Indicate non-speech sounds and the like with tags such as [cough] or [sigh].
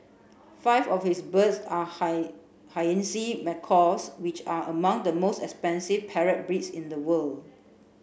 five of his birds are [unintelligible] hyacinth macaws which are among the most expensive parrot breeds in the world